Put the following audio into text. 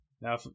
Now